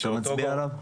שאתה מצביע עליו?